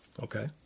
Okay